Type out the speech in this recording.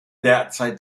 derzeit